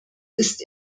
ist